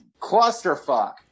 clusterfuck